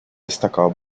destacado